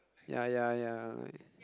ya ya ya